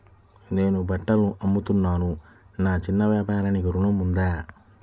నేను బట్టలు అమ్ముతున్నాను, నా చిన్న వ్యాపారానికి ఋణం ఉందా?